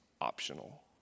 optional